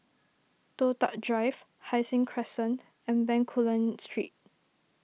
Toh Tuck Drive Hai Sing Crescent and Bencoolen Street